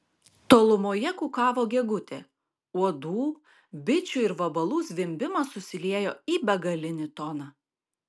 tolumoje kukavo gegutė uodų bičių ir vabalų zvimbimas susiliejo į begalinį toną